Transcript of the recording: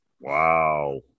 Wow